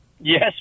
yes